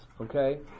okay